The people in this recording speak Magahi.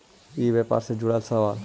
ई व्यापार से जुड़ल सवाल?